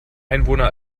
einwohner